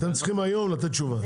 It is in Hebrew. אתם צריכים היום לתת תשובה.